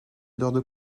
d’heures